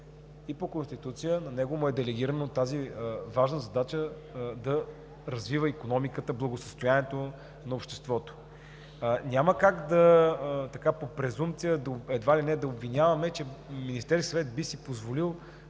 и по Конституция на него му е делегирана важната задача да развива икономиката, благосъстоянието на обществото. Няма как по презумпция едва ли не да обвиняваме, че Министерският съвет би си позволил